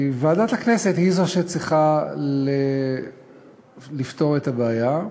ועדת הכנסת היא זו שצריכה לפתור את הבעיה.